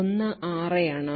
ഒന്ന് RA ആണ്